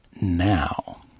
now